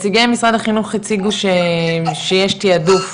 נציגי משרד החינוך הציגו שיש תעדוף